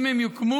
אם הן יוקמו,